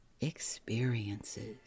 experiences